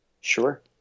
Sure